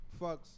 fucks